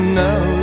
now